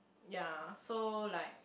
ya so like